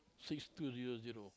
six two zero zero